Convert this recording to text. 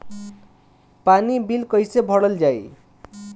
पानी बिल कइसे भरल जाई?